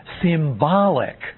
symbolic